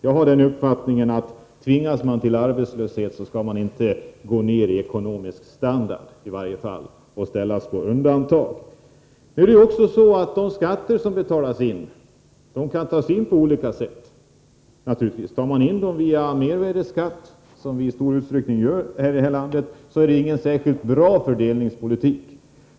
Jag har den uppfattningen att om man tvingas till arbetslöshet skall man i varje fall inte behöva sänka sin ekonomiska standard och sättas på undantag. De skatter som betalas in kan tas in på olika sätt. Tar man in dem via mervärdeskatt, som vii stor utsträckning gör i detta land, är det ingen särskilt bra fördelningspolitik.